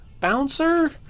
bouncer